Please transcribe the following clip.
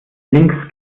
links